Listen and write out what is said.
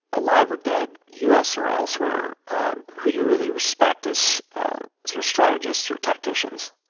alive or dead, u s. or elsewhere um who you really respect as sort of strategists or tacticians?